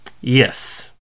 Yes